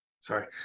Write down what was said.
Sorry